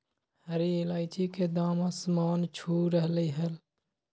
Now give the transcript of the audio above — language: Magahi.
हरी इलायची के दाम आसमान छू रहलय हई